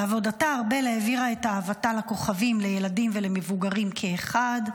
בעבודתה ארבל העבירה את אהבתה לכוכבים לילדים ולמבוגרים כאחד.